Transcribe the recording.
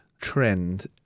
trend